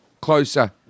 Closer